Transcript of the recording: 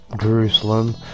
Jerusalem